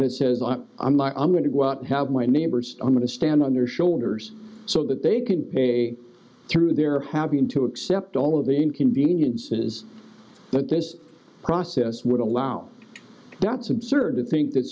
that says i'm not i'm going to go out and have my neighbors i'm going to stand on their shoulders so that they can pay through their having to accept all of the inconveniences that this process would allow that's absurd to think that